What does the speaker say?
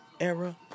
Era